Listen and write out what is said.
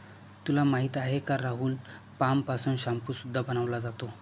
तुला माहिती आहे का राहुल? पाम पासून शाम्पू सुद्धा बनवला जातो